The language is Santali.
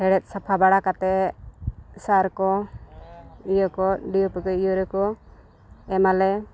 ᱦᱮᱲᱮᱫ ᱥᱟᱯᱷᱟ ᱵᱟᱲᱟ ᱠᱟᱛᱮ ᱥᱟᱨ ᱠᱚ ᱤᱭᱟᱹ ᱠᱚ ᱰᱤ ᱮ ᱯᱤ ᱠᱚ ᱤᱭᱟᱹ ᱨᱮᱠᱚ ᱮᱢᱟᱞᱮ